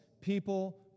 people